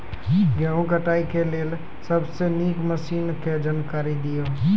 गेहूँ कटाई के लेल सबसे नीक मसीनऽक जानकारी दियो?